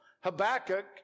Habakkuk